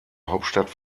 hauptstadt